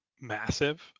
Massive